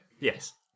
Yes